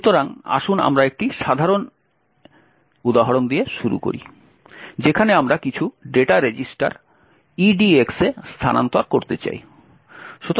সুতরাং আসুন আমরা একটি সাধারণ একটি দিয়ে শুরু করি যেখানে আমরা কিছু ডেটা রেজিস্টার edx এ স্থানান্তর করতে চাই